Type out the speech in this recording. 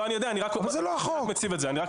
לא, אני יודע, אני רק מציב את זה כחשש.